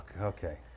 Okay